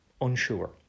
unsure